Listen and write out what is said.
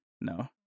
No